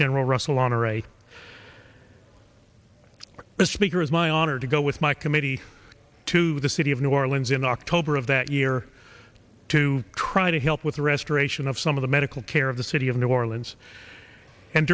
general russel honore a speaker is my honor to go with my committee to the city of new orleans in october of that year to try to help with the restoration of some of the medical care of the city of new orleans and